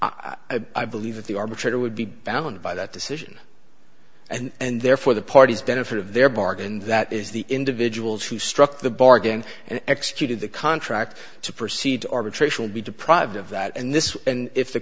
i believe that the arbitrator would be bound by that decision and therefore the parties benefit of their bargain that is the individuals who struck the bargain and executed the contract to proceed to arbitration will be deprived of that and this and if the